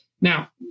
Now